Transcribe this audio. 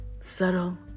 subtle